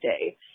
day